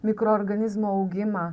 mikroorganizmų augimą